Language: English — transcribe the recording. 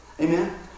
Amen